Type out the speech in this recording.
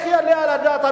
איך יעלה על הדעת,